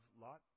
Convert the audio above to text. Lot